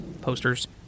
posters